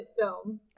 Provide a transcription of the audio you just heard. film